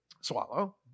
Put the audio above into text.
Swallow